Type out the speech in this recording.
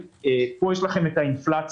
פה יש לכם את האינפלציה.